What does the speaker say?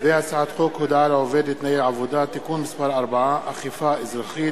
הצעת חוק הודעה לעובד (תנאי עבודה) (תיקון מס' 4) (אכיפה אזרחית),